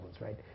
right